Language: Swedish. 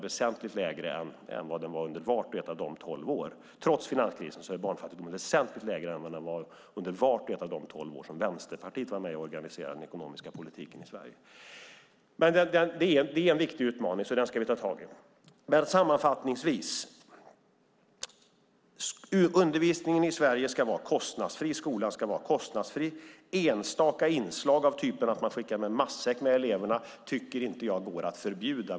Men trots finanskrisen är barnfattigdomen väsentligt lägre än under vart och ett av de tolv år som Vänsterpartiet var med och organiserade den ekonomiska politiken i Sverige. Detta är dock en viktig utmaning, och den ska vi ta tag i. Sammanfattningsvis: Undervisningen i Sverige ska vara kostnadsfri. Skolan ska vara kostnadsfri. Enstaka inslag av typen att man skickar med eleverna matsäck tycker inte jag går att förbjuda.